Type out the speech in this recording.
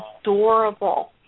adorable